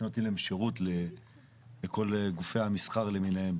נותנים להם שירות לכל גופי המסחר למיניהם,